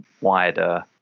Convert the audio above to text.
wider